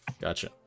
Gotcha